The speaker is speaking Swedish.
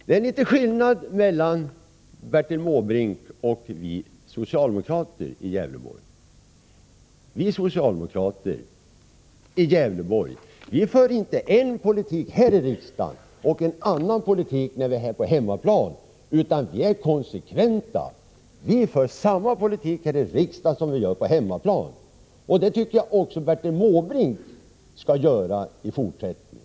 Det är litet skillnad mellan Bertil Måbrink och oss socialdemokrater i Gävleborg. Vi socialdemokrater för inte en politik här i riksdagen och en annan politik när vi är på hemmaplan, utan vi är konsekventa. Vi för samma politik i riksdagen som vi gör hemma, och det tycker jag att även Bertil Måbrink skall göra i fortsättningen.